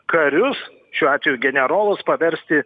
karius šiuo atveju generolus paversti